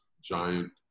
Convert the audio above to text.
giant